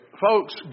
folks